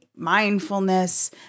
mindfulness